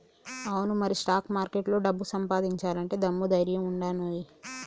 అవును మరి స్టాక్ మార్కెట్లో డబ్బు సంపాదించాలంటే దమ్ము ధైర్యం ఉండానోయ్